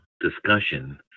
discussion